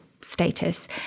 status